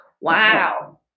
Wow